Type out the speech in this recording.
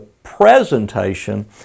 Presentation